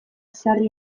sarri